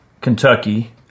kentucky